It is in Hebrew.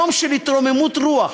יום של התרוממות רוח,